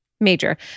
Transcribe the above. Major